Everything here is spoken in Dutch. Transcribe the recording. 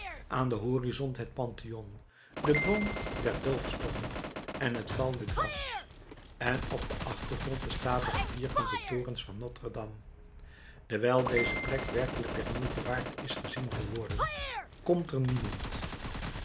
aan den horizont het pantheon de boom der doofstommen het val de grace en op den achtergrond de statige vierkante torens van notre-dame dewijl deze plek werkelijk der moeite waard is gezien te worden komt er niemand